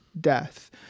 death